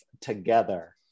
together